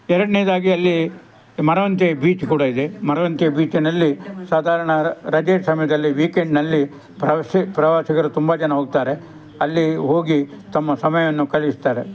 ಎರಡನೇದಾಗಿ ಅಲ್ಲಿ ಮರವಂತೆ ಬೀಚ್ ಕೂಡ ಇದೆ ಮರವಂತೆ ಬೀಚ್ನಲ್ಲಿ ಸಾಧಾರಣ ರಜೆಯ ಸಮಯದಲ್ಲಿ ವೀಕೆಂಡ್ನಲ್ಲಿ ಪ್ರವಾಸಿ ಪ್ರವಾಸಿಗರು ತುಂಬ ಜನ ಹೋಗ್ತಾರೆ ಅಲ್ಲಿ ಹೋಗಿ ತಮ್ಮ ಸಮಯವನ್ನು ಕಲಿಸ್ತಾರೆ